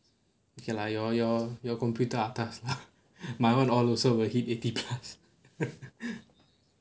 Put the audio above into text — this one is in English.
okay lah your your your computer atas lah my [one] all also will hit eighty plus